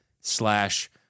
slash